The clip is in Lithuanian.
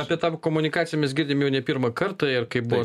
apie tą komunikaciją mes girdim jau ne pirmą kartą ir kaip buvo